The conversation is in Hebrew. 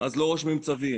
אז לא רושמים צווים.